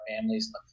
families